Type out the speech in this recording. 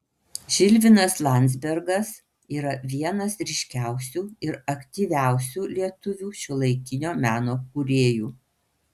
žilvinas landzbergas yra vienas ryškiausių ir aktyviausių lietuvių šiuolaikinio meno kūrėjų